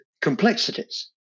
complexities